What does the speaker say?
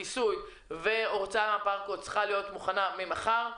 כיסוי והוצאה מהברקוד צריכה להיות מוכנה ממחר.